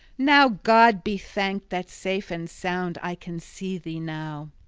now god be thanked that safe and sound i can see thee now!